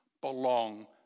belong